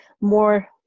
more